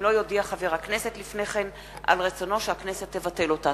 אם לא יודיע חבר הכנסת לפני כן על רצונו שהכנסת תבטל אותה.